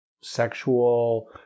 sexual